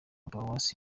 paruwasi